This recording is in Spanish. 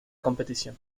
competición